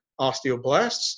osteoblasts